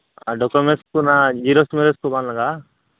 ᱟᱨ documents ᱨᱮᱱᱟᱜ xerox ᱢᱮᱨᱚᱠᱥ ᱠᱚ ᱵᱟᱝ ᱞᱟᱜᱟᱜᱼᱟ